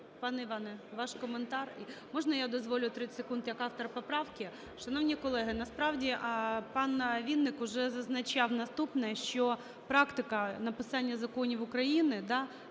Пане Іване, ваш коментар. Можна я дозволю 30 секунд як автор поправки? Шановні колеги, насправді пан Вінник уже зазначав наступне, що практика написання законів України,